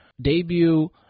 debut